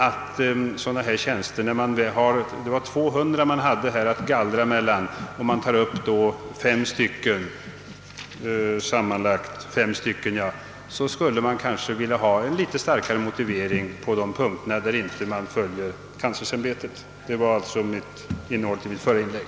— När man nu enligt uppgift haft 200 tjänster att gallra mellan och här tar upp sammanlagt fem stycken, vore det kanske önskvärt med en litet starkare motivering på de punkter där man inte följer kanslersämbetet. Detta var alltså innehållet i mitt förra inlägg.